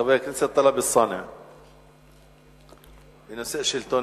חבר הכנסת טלב אלסאנע, בנושא שלטון